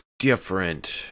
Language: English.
different